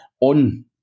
on